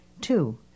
Two